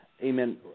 amen